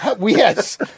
Yes